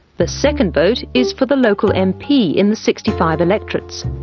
the second vote is for the local mp in the sixty five electorates.